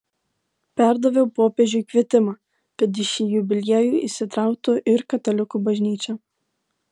perdaviau popiežiui kvietimą kad į šį jubiliejų įsitrauktų ir katalikų bažnyčia